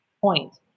point